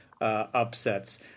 upsets